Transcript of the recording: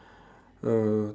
uh